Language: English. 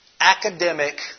academic